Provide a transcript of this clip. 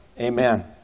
Amen